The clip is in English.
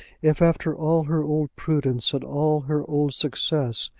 if, after all her old prudence and all her old success,